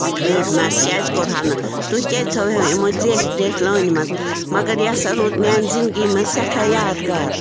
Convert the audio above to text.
treatment کیٛازِ کوٚر ہو نہٕ تُہۍ کیٛازِ تھٲوہو یِمو زیچھہِ زیچھہِ لٲنہِ منٛز مگر یِہِ ہسا روٗد میٛانہِ زِندگی منٛز سٮ۪ٹھاہ یاد گار